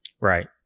Right